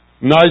Nice